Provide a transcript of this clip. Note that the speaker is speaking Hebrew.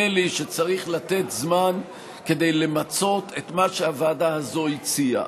לי שצריך לתת זמן כדי למצות את מה שהוועדה הזו הציעה.